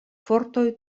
fortoj